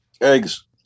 eggs